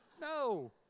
No